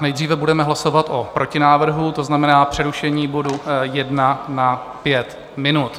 Nejdříve budeme hlasovat o protinávrhu, to znamená přerušení bodu 1 na pět minut.